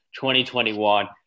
2021